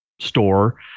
store